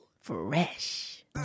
Fresh